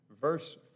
verse